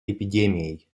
эпидемией